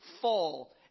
fall